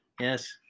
yes